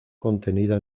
contenida